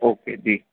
okay जी